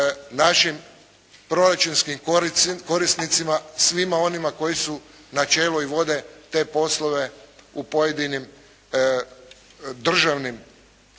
našim proračunskim korisnicima, svima onima koji su na čelu i vode te poslove u pojedinim državnim